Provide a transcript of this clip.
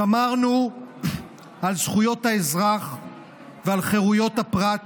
שמרנו על זכויות האזרח ועל חירויות הפרט